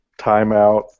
timeout